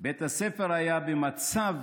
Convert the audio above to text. בית הספר היה במצב